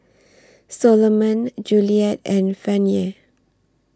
Solomon Juliette and Fannye